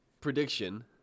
prediction